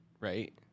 right